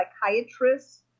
psychiatrists